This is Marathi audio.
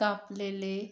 कापलेले